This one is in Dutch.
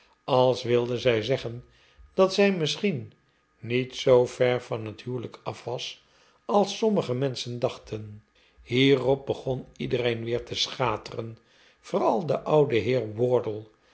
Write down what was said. als wilde zij zeggen dat zij misschien niet zoover van het huwelijk af was als sommige menschen dachten hierop begon iedereen weer te schateren vooral de oude